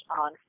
on